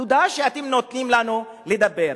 תודה שאתם נותנים לנו לדבר.